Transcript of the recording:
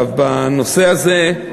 בנושא הזה,